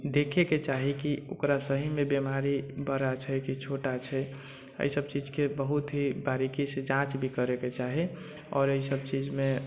देखयके चाही कि ओकरा सहीमे बीमारी बड़ा छै कि छोटा छै एहिसभ चीजके बहुत ही बारीकीसँ जाँच भी करयके चाही आओर एहिसभ चीजमे